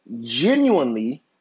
genuinely